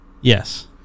Yes